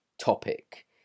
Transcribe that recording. topic